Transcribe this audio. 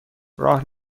راه